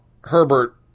Herbert